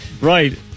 Right